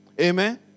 Amen